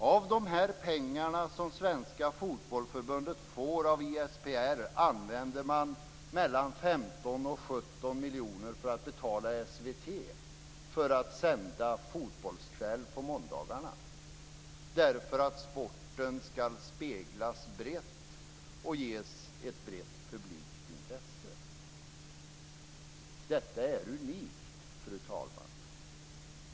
Av de pengar som Svenska Fotbollförbundet får av ISPR använder man 15-17 miljoner för att betala SVT för att sända Fotbollskväll på måndagarna. Detta gör man för att sporten skall speglas brett och ges ett brett publikt intresse. Fru talman! Detta är unikt.